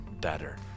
better